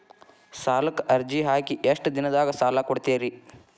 ಸಾಲಕ ಅರ್ಜಿ ಹಾಕಿ ಎಷ್ಟು ದಿನದಾಗ ಸಾಲ ಕೊಡ್ತೇರಿ?